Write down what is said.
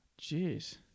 Jeez